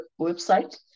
website